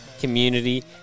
Community